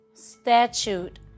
statute